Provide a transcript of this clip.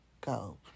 go